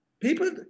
People